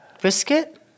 Brisket